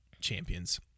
champions